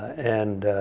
and